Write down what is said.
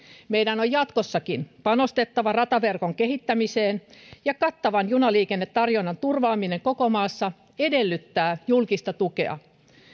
meidän on jatkossakin panostettava rataverkon kehittämiseen ja kattavan junaliikennetarjonnan turvaaminen koko maassa edellyttää julkista tukea